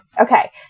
okay